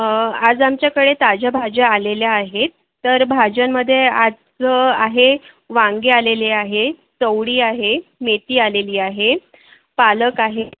आज आमच्याकडे ताज्या भाज्या आलेल्या आहेत तर भाज्यांमध्ये आज आहे वांगे आलेले आहे चवळी आहे मेथी आलेली आहे पालक आहे